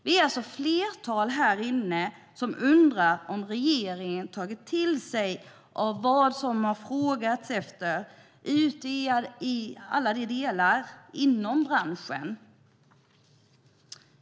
Vi är ett flertal här inne som undrar om regeringen tagit till sig av det som har efterfrågats i alla delar inom branschen.